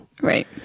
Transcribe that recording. Right